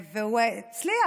והוא הצליח.